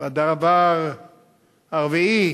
הדבר הרביעי